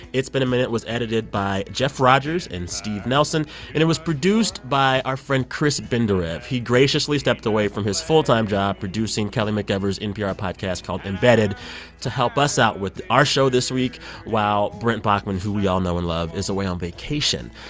it's been a minute was edited by jeff rogers and steve nelson, and it was produced by our friend chris benderev. he graciously stepped away from his full-time job producing kelly mcevers's npr podcast called embedded to help us out with our show this week while, brent baughman, who we all know and love, is away on vacation.